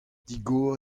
digor